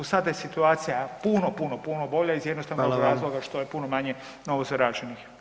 Sada je situacija puno, puno, puno bolja iz jednostavnog razloga [[Upadica: Hvala vam]] što je puno manje novozaraženih.